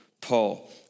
Paul